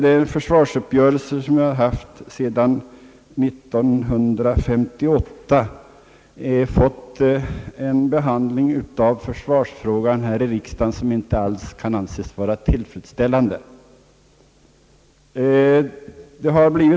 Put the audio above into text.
De försvarsuppgörelser som vi haft sedan 1958 har också medfört att försvarsfrågan fått en sådan behandling som inte alls kan vara tillfredsställande.